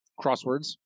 crosswords